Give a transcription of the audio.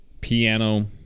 piano